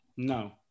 No